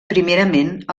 primerament